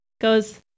goes